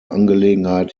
angelegenheit